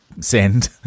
Send